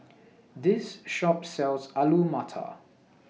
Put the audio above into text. This Shop sells Alu Matar